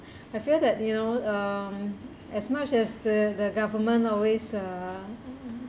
I feel that you know um as much as the the government always uh